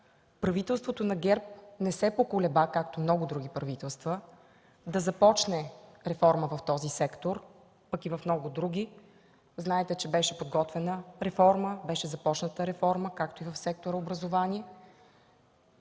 Правителството на ГЕРБ не се поколеба, както и много други правителства, да започне реформа в този сектор, пък и в много други. Знаете, че беше започната реформа, както и в сектор „образование”.